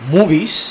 Movies